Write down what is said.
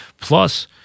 Plus